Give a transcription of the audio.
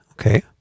Okay